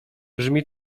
brzmi